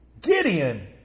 Gideon